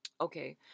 Okay